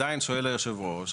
עדיין שואל יושב הראש,